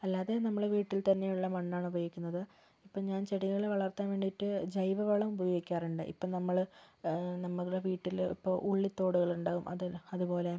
അല്ലാതെ നമ്മള് വീട്ടിൽ തന്നെയുള്ള മണ്ണാണ് ഉപയോഗിക്കുന്നത് ഇപ്പം ഞാൻ ചെടികളെ വളർത്താൻ വേണ്ടിയിട്ട് ജൈവ വളം ഉപയോഗിക്കാറുണ്ട് ഇപ്പം നമ്മള് നമ്മളുടെ വീട്ടില് ഇപ്പം ഉള്ളി തോടുകളുണ്ടാകും അതേപോലെ അതുപോലെ